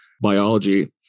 biology